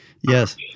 Yes